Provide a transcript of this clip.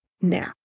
now